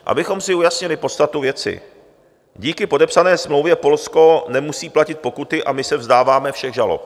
Abychom si ujasnili podstatu věci, díky podepsané smlouvě Polsko nemusí platit pokuty a my se vzdáváme všech žalob.